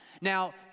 Now